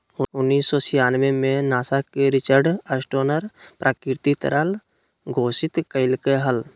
उन्नीस सौ छियानबे में नासा के रिचर्ड स्टोनर प्राकृतिक तरल घोषित कइलके हल